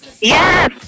Yes